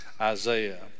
Isaiah